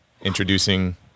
introducing